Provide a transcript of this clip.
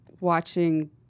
watching